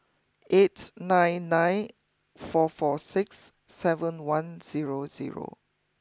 eight nine nine four four six seven one zero zero